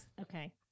Okay